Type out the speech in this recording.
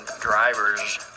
drivers